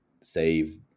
save